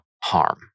harm